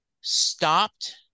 stopped